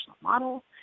model